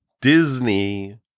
Disney